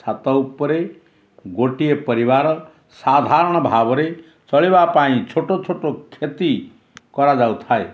ଛାତ ଉପରେ ଗୋଟିଏ ପରିବାର ସାଧାରଣ ଭାବରେ ଚଳିବା ପାଇଁ ଛୋଟ ଛୋଟ କ୍ଷତି କରାଯାଉଥାଏ